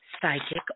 Psychic